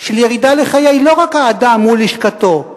של ירידה לחיי האדם לא רק מול לשכתו,